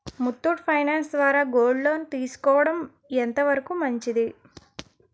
Muthoot finance ద్వారా gold loan తీసుకోవడం ఎంత వరకు మంచిది?